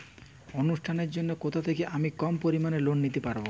অনুষ্ঠানের জন্য কোথা থেকে আমি কম পরিমাণের লোন নিতে পারব?